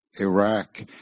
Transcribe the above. Iraq